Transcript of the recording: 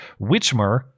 Witchmer